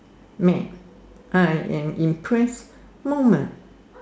mad I am impressed moment